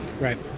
Right